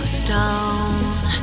stone